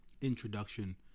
introduction